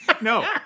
no